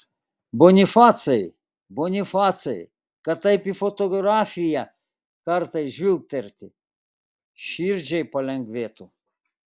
bonifacai bonifacai kad taip į fotografiją kartais žvilgterti širdžiai palengvėtų